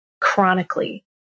chronically